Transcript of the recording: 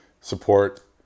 support